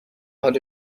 حال